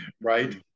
right